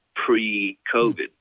pre-COVID